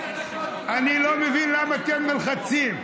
אני לא מבין למה אתם נלחצים.